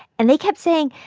and they kept saying,